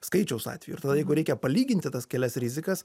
skaičiaus atvejų ir jeigu reikia palyginti tas kelias rizikas